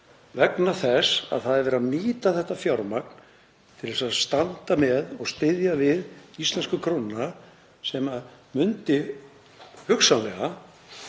vegna þess að það er verið að nýta þetta fjármagn til að standa með og styðja við íslensku krónuna sem myndi hugsanlega